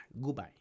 goodbye